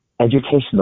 educational